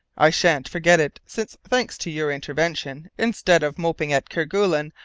i shan't forget it, since, thanks to your intervention, instead of moping at kerguelen.